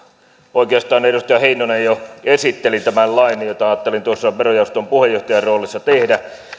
oikeastaan edustaja heinonen jo esitteli tämän lain minkä ajattelin tuossa verojaoston puheenjohtajan roolissa tehdä